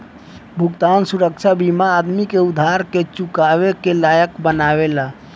भुगतान सुरक्षा बीमा आदमी के उधार के चुकावे के लायक बनावेला